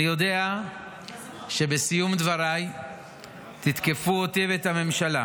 אני יודע שבסיום דבריי תתקפו אותי ואת הממשלה,